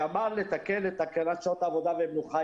שאמר לתקן את תקנת שעות עבודה ומנוחה,